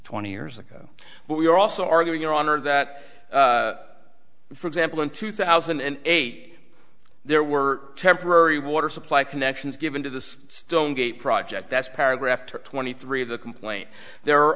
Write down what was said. twenty years ago but we're also arguing your honor that for example in two thousand and eight there were temporary water supply connections given to the stone gate project that's paragraph twenty three of the complaint the